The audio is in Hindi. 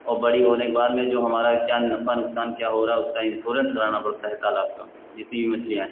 और बड़ी होने के बाद में जो हमारा क्या नफा नुकसान क्या हो रहा उसका इंश्योरेंस कराना पड़ता है तालाब का यह तीन मछलियाँ है